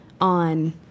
on